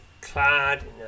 clad